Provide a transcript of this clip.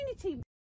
community